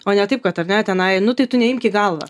o ne taip kad ar net tenai nu tai tu neimk į galvą